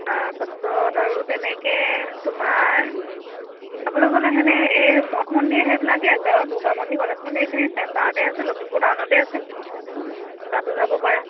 তাৰ পাছত আৰু তেনেকৈ তোমাৰ চাবলৈ গ'লে সেনে এই মঠ মন্দিৰ সেইবিলাকেই আছে আৰু দুৰ্গা মন্দিৰ গণেশ মন্দিৰ এইখিনি চেণ্টাৰতে আছে লখিমপুৰ টাউনতে আছে তাতো যাব পাৰা